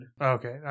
okay